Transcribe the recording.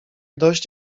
dość